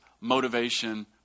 motivation